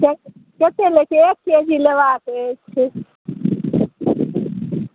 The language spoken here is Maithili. कतेक लैके छै एक के जी लेबाके छै